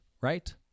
right